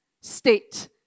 state